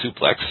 suplex